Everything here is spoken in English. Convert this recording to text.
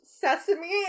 sesame